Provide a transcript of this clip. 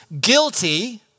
guilty